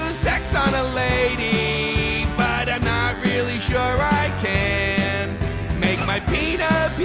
sex on a lady but i'm not really sure i can make my peanut